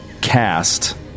cast